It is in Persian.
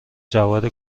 جواهر